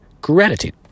Gratitude